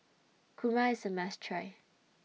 Kurma IS A must Try